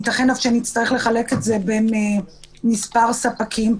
ייתכן אף שנצטרך לחלק את זה בין מספר ספקים,